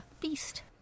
Beast